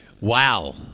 Wow